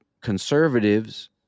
conservatives